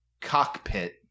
Cockpit